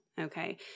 Okay